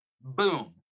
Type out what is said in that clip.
boom